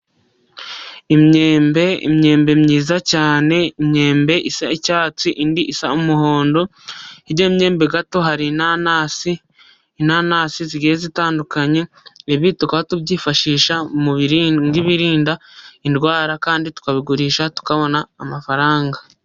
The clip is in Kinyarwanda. Imyembe, imyembe myiza cyane, imyembe isa icyatsi, Indi isa umuhondo, hirya y'imyembe gato hari inanasi, inanasi zigiye zitandukanye, ibi tukaba tubyifashisha nk'ibirinda indwara kandi tukabigurisha tukabona amafaranga.